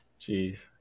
Jeez